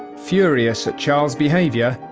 furious at charles' behavior,